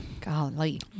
Golly